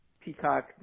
Peacock